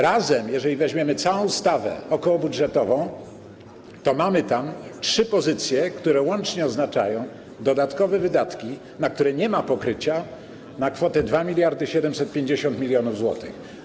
Razem, jeżeli weźmiemy całą ustawę okołobudżetową, mamy tam trzy pozycje, które łącznie oznaczają dodatkowe wydatki, na które nie ma pokrycia, na kwotę 2750 mln zł.